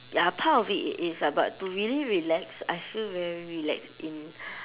ya part of it it is ah but to really relax I still very relaxed in